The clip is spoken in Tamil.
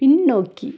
பின்னோக்கி